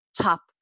top